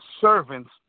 servants